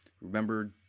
Remember